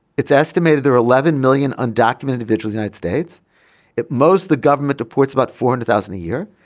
it's estimated there are eleven million undocumented virtual united states at most. the government deports about forty thousand a year.